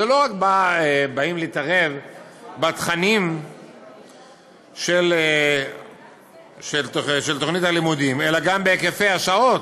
לא רק באים להתערב בתכנים של תוכנית הלימודים אלא גם בהיקפי השעות,